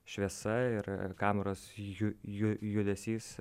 šviesa ir ir kameros ju ju judesys